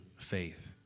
faith